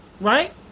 right